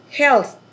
health